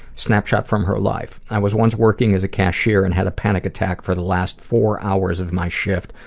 snapshot from her life, i was once working as a cashier, and had a panic attack for the last four hours of my shift,